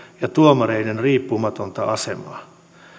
ja tuomareiden riippumatonta asemaa